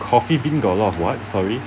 coffee bean got a lot of what sorry